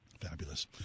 Fabulous